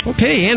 Okay